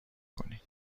کنین